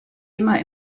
immer